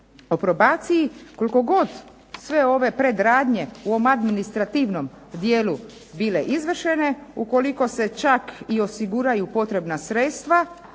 o probaciji koliko god sve ove predradnje u ovom administrativnom dijelu bile izvršene, ukoliko se čak i osiguraju potrebna sredstva